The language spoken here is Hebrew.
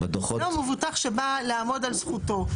זה לא המבוטח שבא לעמוד על זכותו.